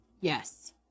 Yes